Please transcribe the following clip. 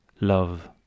Love